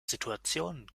situationen